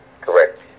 Correct